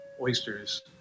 oysters